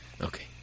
Okay